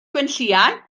gwenllian